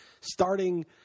starting